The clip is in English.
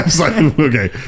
okay